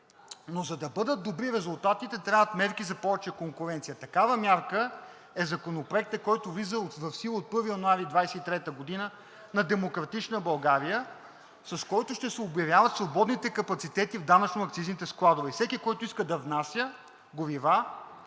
но за да бъдат добри резултатите, трябват мерки за повече конкуренция. Такава мярка е Законопроектът, който влиза в сила от 1 януари 2023 г. на „Демократична България“, с който ще се обявяват свободните капацитети в данъчно-акцизните складове и всеки, който иска да внася горива,